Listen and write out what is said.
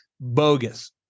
bogus